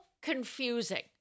confusing